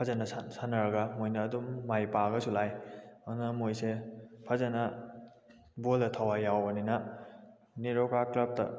ꯐꯖꯅ ꯁꯥꯟꯅꯔꯒ ꯃꯣꯏꯅ ꯑꯗꯨꯝ ꯃꯥꯏ ꯄꯥꯛꯂꯒꯁꯨ ꯂꯥꯛꯑꯦ ꯑꯗꯨꯅ ꯃꯣꯏꯁꯦ ꯐꯖꯅ ꯕꯣꯜꯗ ꯊꯋꯥꯏ ꯋꯥꯎꯕꯅꯤꯅ ꯅꯦꯔꯣꯀꯥ ꯀ꯭ꯂꯞꯇ